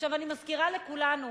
אני מזכירה לכולנו